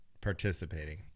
participating